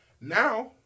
Now